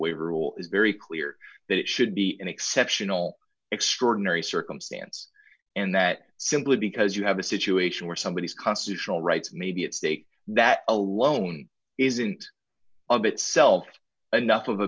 way rule is very clear that it should be an exceptional extraordinary circumstance and that simply because you have a situation where somebody is constitutional rights may be at stake that alone isn't a bit self enough of a